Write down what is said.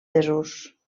desús